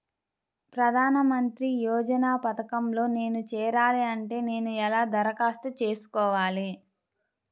ప్రధాన మంత్రి యోజన పథకంలో నేను చేరాలి అంటే నేను ఎలా దరఖాస్తు చేసుకోవాలి?